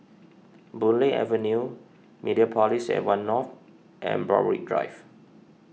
Boon Lay Avenue Mediapolis at one North and Borthwick Drive